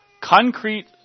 concrete